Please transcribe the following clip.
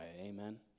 Amen